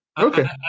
Okay